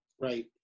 Right